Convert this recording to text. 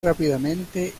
rápidamente